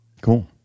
Cool